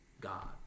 God